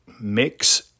mix